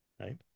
right